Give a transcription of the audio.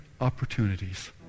opportunities